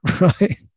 right